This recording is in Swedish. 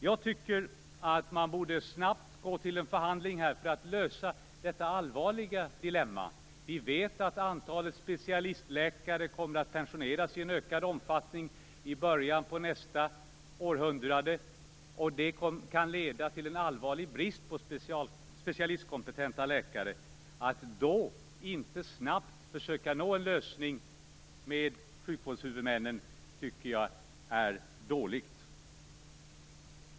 Jag tycker att man snabbt borde gå till en förhandling för att lösa detta allvarliga dilemma. Vi vet att specialistläkare kommer att pensioneras i en ökad omfattning i början av nästa århundrade. Det kan leda till en allvarlig brist på specialistkompetenta läkare. Att då inte snabbt försöka nå en lösning med sjukvårdshuvudmännen tycker jag är dåligt.